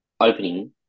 opening